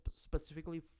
specifically